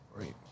Right